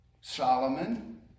Solomon